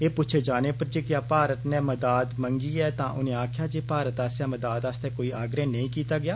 एह् पुच्छे जाने पर जे क्या भारत ने मदाद मंगी ऐ तां उनें आक्खेआ जे मारत आसेआ मदाद आस्तै कोई आग्रह नेई कीता ऐ